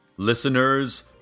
Listeners